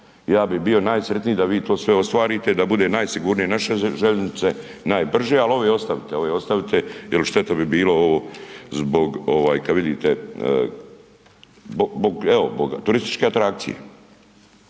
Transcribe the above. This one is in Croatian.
Ja bih bio najsretniji da vi to sve ostvarite da bude najsigurnije naše željeznice, najbrže. Ali ove ostavite, ove ostavite jel šteta bi bilo ovo zbog kada vidite evo zbog turističke atrakcije.